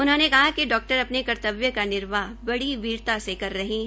उन्होंने कहा कि डॉक्टर अने कर्त्तवय का निर्वाह बड़ी तीव्रता से कर रहे है